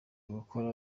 gukora